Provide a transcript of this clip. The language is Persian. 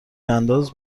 انداز